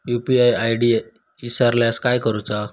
UPI ID इसरल्यास काय करुचा?